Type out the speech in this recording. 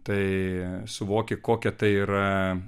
tai suvoki kokia tai yra